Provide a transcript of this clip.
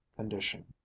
condition